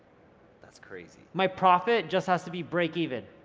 that's crazy. my profit just has to be break even.